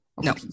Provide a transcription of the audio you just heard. No